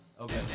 Okay